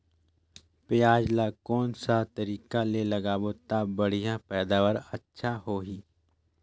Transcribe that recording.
पियाज ला कोन सा तरीका ले लगाबो ता बढ़िया पैदावार अच्छा होही?